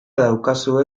daukazue